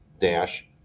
dash